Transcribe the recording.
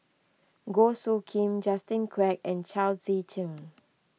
Goh Soo Khim Justin Quek and Chao Tzee Cheng